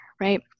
right